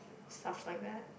stuff like that